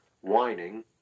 whining